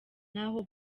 n’aho